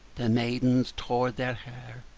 the maidens tore their hair,